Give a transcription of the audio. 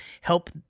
help –